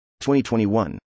2021